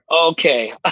okay